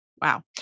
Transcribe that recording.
wow